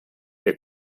ihr